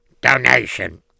donation